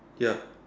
ya